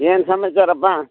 ಏನು ಸಮಾಚಾರಪ್ಪ